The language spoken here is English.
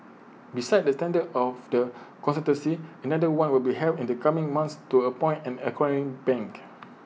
besides the tender of the consultancy another one will be held in the coming months to appoint an acquiring bank